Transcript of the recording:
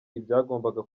ibyagombaga